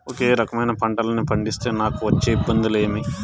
ఒకే రకమైన పంటలని పండిస్తే నాకు వచ్చే ఇబ్బందులు ఏమి?